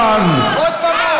יואב,